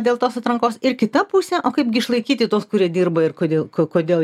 dėl tos atrankos ir kita pusė o kaipgi išlaikyti tuos kurie dirba ir kodėl kodėl jie